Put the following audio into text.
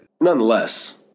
Nonetheless